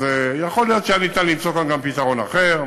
אז יכול להיות שיהיה אפשר למצוא כאן גם פתרון אחר,